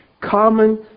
common